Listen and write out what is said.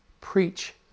preach